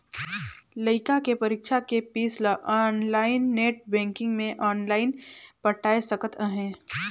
लइका के परीक्षा के पीस ल आनलाइन नेट बेंकिग मे आनलाइन पटाय सकत अहें